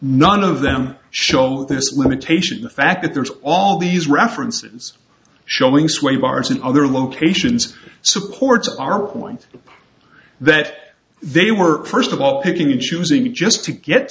none of them show this limitation the fact that there is all these references showing sway bars and other locations supports our own land that they were first of all picking and choosing just to get